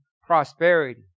prosperity